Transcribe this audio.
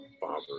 father